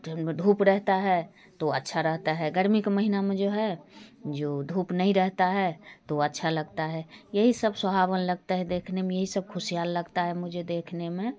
दिन में धूप रहती है तो अच्छा रहता है गर्मी के महीना में जो है जो धूप नहीं रहती है तो अच्छा लगता है यही सब सुहाना लगता है देखने में यही सब खुशियाँ लगती है मुझे देखने में